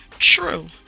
true